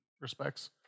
respects